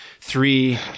three